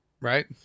right